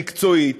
מקצועית.